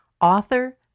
author